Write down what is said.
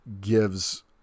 gives